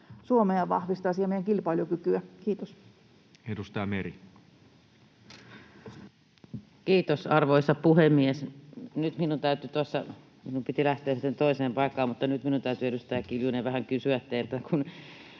ollen vahvistaisi Suomea ja meidän kilpailukykyä? — Kiitos. Edustaja Meri. Kiitos, arvoisa puhemies! Minun piti lähteä yhteen toiseen paikkaan, mutta nyt minun täytyy, edustaja Kiljunen, vähän kysyä teiltä, kun